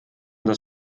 das